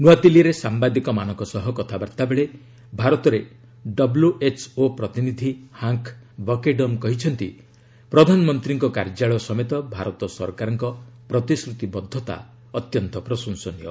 ନୂଆଦିଲ୍ଲୀରେ ସାମ୍ବାଦିକମାନଙ୍କ ସହ କଥାବାର୍ତ୍ତା ବେଳେ ଭାରତରେ ଡବ୍ଲ୍ୟଏଚ୍ଓ ପ୍ରତିନିଧି ହାଙ୍କ୍ ବକେଡମ୍ କହିଛନ୍ତି ପ୍ରଧାନମନ୍ତ୍ରୀଙ୍କ କାର୍ଯ୍ୟାଳୟ ସମେତ ଭାରତ ସରକାରଙ୍କ ପ୍ରତିଶ୍ରୁତିବଦ୍ଧତା ପ୍ରଶଂସନୀୟ